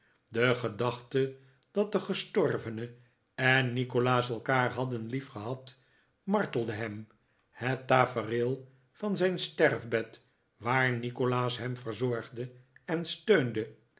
de gedachte dat de gestorvene en nikolaas elkaar hadden liefgehad martelde hem het tafereel van zijn sterfbed waar nikolaas hem verzorgde en steunde